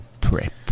PREP